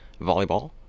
volleyball